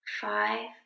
five